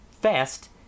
fast